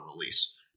release